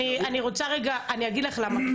אני אגיד לך למה,